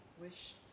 wish